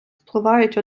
впливають